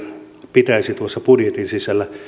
pitäisi budjetin sisällä